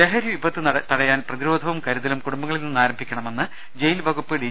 ലഹരി വിപത്തു തടയാൻ പ്രതിരോധവും കരുതലും കുടുംബങ്ങളിൽ നിന്ന് ആരംഭിക്കണമെന്ന് ജയിൽ വകുപ്പ് ഡി